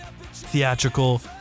theatrical